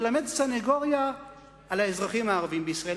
ללמד סניגוריה על האזרחים הערבים בישראל.